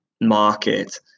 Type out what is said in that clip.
market